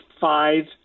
five